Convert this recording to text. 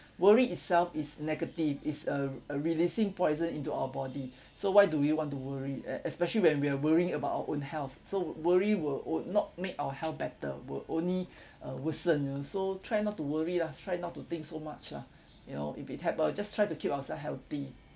worry itself is negative is uh uh releasing poison into our body so why do we want to worry e~ especially when we're worrying about our own health so worry will will not make our health better will only uh worsen you know so try not to worry lah try not to think so much lah you know if it ha~ uh just try to keep ourselves healthy